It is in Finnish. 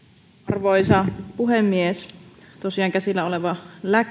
arvoisa puhemies tosiaan käsillä oleva